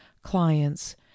clients